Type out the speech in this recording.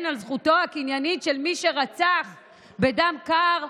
על זכותו הקניינית של מי שרצח בדם קר,